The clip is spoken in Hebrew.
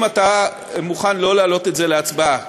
אם אתה מוכן לא להעלות את זה להצבעה